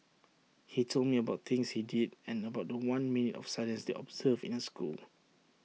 he told me about things he did and about The One minute of silence they observed in the school